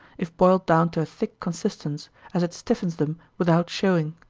if boiled down to a thick consistence, as it stiffens them without showing.